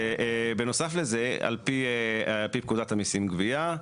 ובנוסף לזה, על פי פקודת המיסים (גבייה),